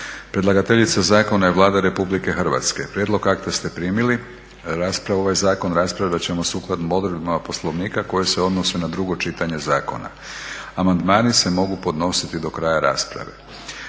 Predlagateljica zakona je Vlada Republike Hrvatske. Prijedlog akta ste primili. Ovaj zakon raspravljat ćemo sukladno odredbama Poslovnika koje se odnose na drugo čitanje zakona. Amandmani se mogu podnositi do kraja rasprave.